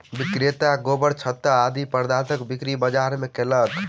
विक्रेता गोबरछत्ता आदि पदार्थक बिक्री बाजार मे कयलक